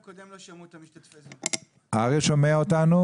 אנחנו נסתפק בפרופ' אריה שלו.